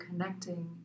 connecting